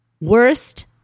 Worst